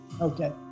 Okay